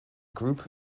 group